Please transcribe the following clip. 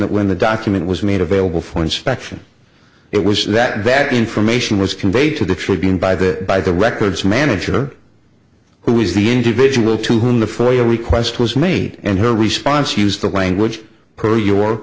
that when the document was made available for inspection it was that bad information was conveyed to the tribune by the by the records manager who was the individual to whom the foia request was made and her response used the language per your